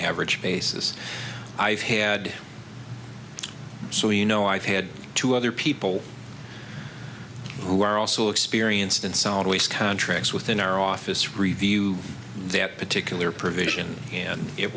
average basis i've had so you know i've had two other people who are also experienced in solid waste contracts within our office review that particular provision hand it